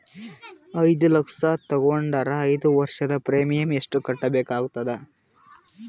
ಐದು ಲಕ್ಷ ತಗೊಂಡರ ಐದು ವರ್ಷದ ಪ್ರೀಮಿಯಂ ಎಷ್ಟು ಕಟ್ಟಬೇಕಾಗತದ?